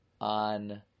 on